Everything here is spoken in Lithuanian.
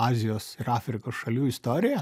azijos ir afrikos šalių istoriją